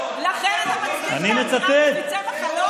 לכן אתה מצדיק את האמירה "מפיצי מחלות"?